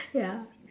ya